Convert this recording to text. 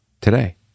today